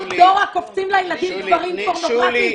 "דורה" קופצים לילדים דברים פורנוגרפיים,